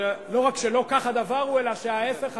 שלא רק שלא כך הוא הדבר, אלא ההיפך הגמור.